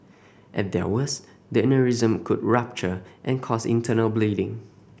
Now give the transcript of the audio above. at their worst the aneurysm could rupture and cause internal bleeding